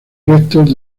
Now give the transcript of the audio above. restos